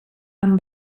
amb